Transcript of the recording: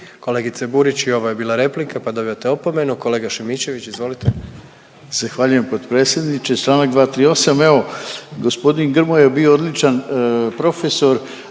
Kolegice Burić i ovo je bila replika, pa dobijate opomenu. Kolega Šimičević, izvolite. **Šimičević, Rade (HDZ)** Zahvaljujem potpredsjedniče, čl. 238., evo g. Grmoja je bio odličan profesor,